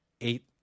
eight